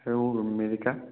আৰু মিৰিকা